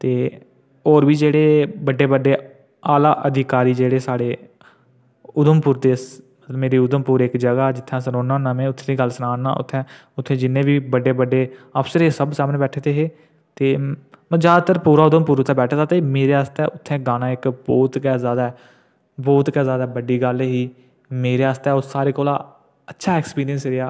ते होर बी जेह्ड़े बड्डे बड्डे आह्ला अधिकारी जेह्ड़े साढ़े उधमपुर दे मेरे उधमपुर इक जगह् जित्थै अस रौह्न्नें होन्नें में उत्थै दी गल्ल सनांऽ नां उत्थै उत्थै जिन्ने बी बड्डे बड्डे अफसर हे सब सामने बैठे दे हे ते मतलब जैदातर पूरा उधमपुर उत्थै बैठे दा ते मेरे आस्तै उत्थै गाना इक बहुत गै जैदा बहुत गै जैदा बड्डी गल्ल ही मेरे आस्तै ओह् सारें कोला अच्छा एक्सपीरिएंस रेहा